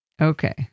Okay